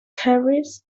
carries